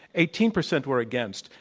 eighteen percent were against.